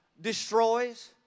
destroys